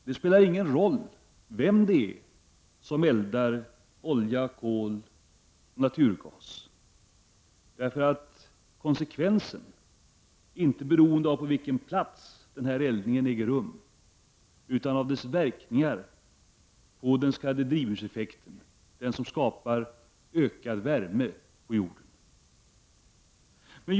Det spelar ingen roll vem som eldar olja, kol eller naturgas, eftersom konsekvenserna inte är beroende av på vilken plats eldningen äger rum utan av dess verkningar på den s.k. drivhuseffekten, den som skapar ökad värme på jorden.